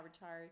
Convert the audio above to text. retired